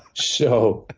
so,